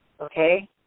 okay